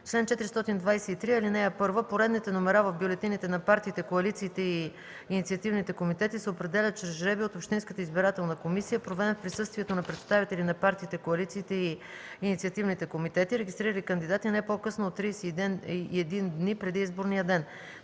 Чл. 423. (1) Поредните номера в бюлетините на партиите, коалициите и инициативните комитети се определят чрез жребий от общинската избирателна комисия, проведен в присъствието на представители на партиите, коалициите и инициативните комитети, регистрирали кандидати, не по-късно от 31 дни преди изборния ден.